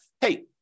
hey